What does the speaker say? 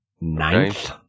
Ninth